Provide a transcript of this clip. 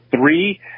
three